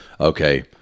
Okay